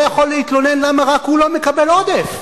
יכול להתלונן למה רק הוא לא מקבל עודף.